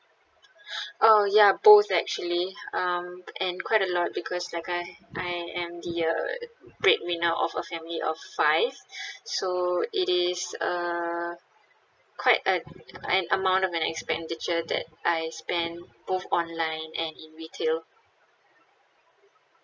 oh ya both actually um and quite a lot because like I I am the uh breadwinner of a family of five so it is uh quite an an amount of an expenditure that I spend both online and in retail